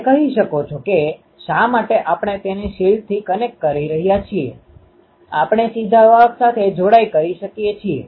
તમે કહી શકો છો કે શા માટે આપણે તેને શિલ્ડથી કનેક્ટ કરી રહ્યા છીએ આપણે સીધા વાહક સાથે જોડાઈ શકીએ છીએ